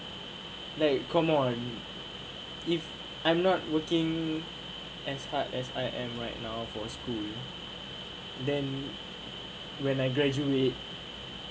like come on if I'm not working as hard as I am right now for school then when I graduate